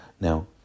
Now